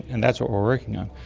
and that's what we're working on.